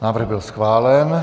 Návrh byl schválen.